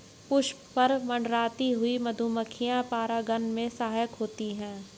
पुष्प पर मंडराती हुई मधुमक्खी परागन में सहायक होती है